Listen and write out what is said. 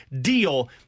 deal